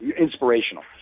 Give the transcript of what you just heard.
inspirational